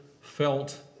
felt